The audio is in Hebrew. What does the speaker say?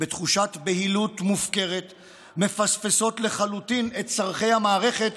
בתחושת בהילות מופקרת מפספסות לחלוטין את צורכי המערכת